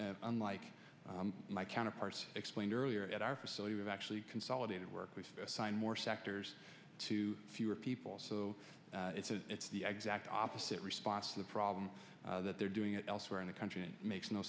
unlike my counterparts explained earlier at our facility we've actually consolidated work with assigned more sectors to fewer people so it's a it's the exact opposite response to the problem that they're doing elsewhere in the country and makes no